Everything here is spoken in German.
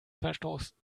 verstoßen